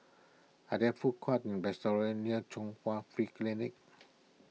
are there food courts or restaurants near Chung Hwa Free Clinic